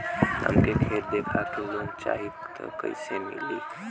हमके खेत देखा के लोन चाहीत कईसे मिली?